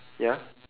ya